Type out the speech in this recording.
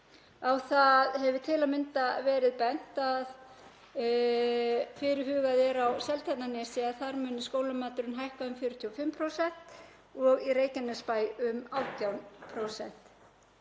Á það hefur til að mynda verið bent að fyrirhugað er á Seltjarnarnesi að hækka skólamatinn um 45% og í Reykjanesbæ um 18%.